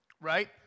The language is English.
right